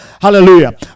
hallelujah